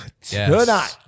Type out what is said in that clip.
tonight